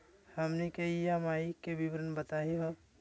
हमनी के ई.एम.आई के विवरण बताही हो?